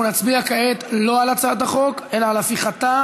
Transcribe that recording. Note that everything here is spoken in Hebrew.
אנחנו נצביע כרגע לא על הצעת החוק אלא על הפיכתה